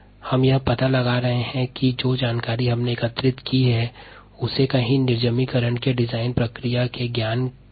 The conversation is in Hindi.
अब हम यह देखते हैं कि एकत्रित जानकारी के आधार पर विभिन्न परिस्थितियों में निर्जमीकरण के प्रारूपित प्रक्रिया का उपयोग कैसे किया जा सकता है